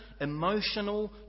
emotional